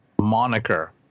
moniker